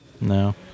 No